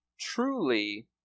truly